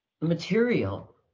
material